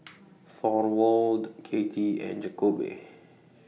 Thorwald Katy and Jakobe